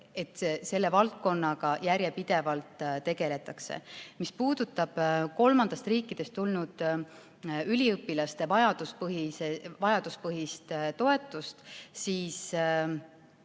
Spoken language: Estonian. et selle valdkonnaga järjepidevalt tegeletakse. Mis puudutab kolmandatest riikidest tulnud üliõpilaste vajaduspõhist toetust, siis